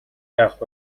яах